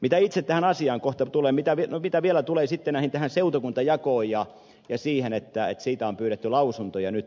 mitä itse tähän asiaan kohta no mitä vielä tulee sitten tähän seutukuntajakoon ja siihen että siitä on pyydetty lausuntoja nyt